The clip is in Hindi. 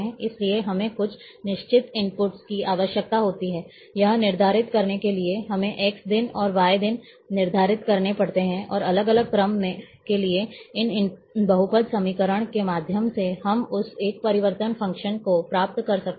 इसलिए हमें कुछ निश्चित इनपुट्स की आवश्यकता होती है यह निर्धारित करने के लिए हमें x दिन और y दिन निर्धारित करने पड़ते हैं और अलग अलग क्रम के इन बहुपद समीकरणों के माध्यम से हम उस एक परिवर्तन फ़ंक्शन को प्राप्त कर सकते हैं